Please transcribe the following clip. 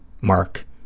mark